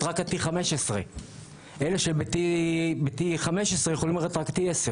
רק עד T15. אלה שב-T15 יכולים לרדת רק ל-T10.